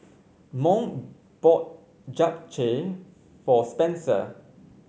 Mont bought Japchae for Spenser